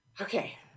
Okay